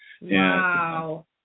Wow